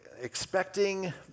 expecting